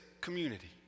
community